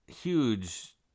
huge